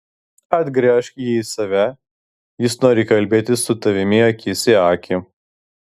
atgręžk jį į save jis nori kalbėtis su tavimi akis į akį